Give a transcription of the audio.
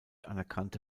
anerkannte